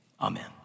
amen